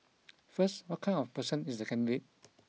first what kind of person is the candidate